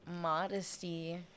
modesty